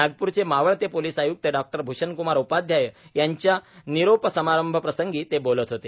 नागपुरचे मावळते पोलीस आयुक्त डॉक्टर भूषणकुमार उपाध्याय यांच्या निरोप समारंभाप्रसंगी ते बोलत होते